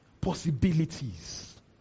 Possibilities